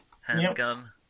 handgun